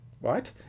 right